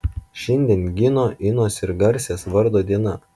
šiandien gino inos ir garsės vardo diena